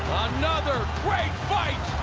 another great fight.